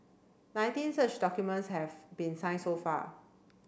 nineteen such documents have been signed so far